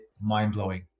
mind-blowing